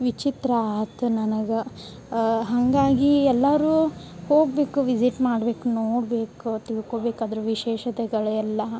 ವಿಚಿತ್ರ ಆತು ನನಗೆ ಹಾಗಾಗಿ ಎಲ್ಲಾರು ಹೋಗಬೇಕು ವಿಸಿಟ್ ಮಾಡಬೇಕು ನೋಡಬೇಕು ತಿಳ್ಕೊಬೇಕು ಅದ್ರ ವಿಶೇಷತೆಗಳೆಲ್ಲ